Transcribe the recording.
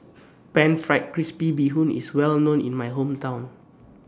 Pan Fried Crispy Bee Hoon IS Well known in My Hometown